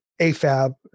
AFAB